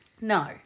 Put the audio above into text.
No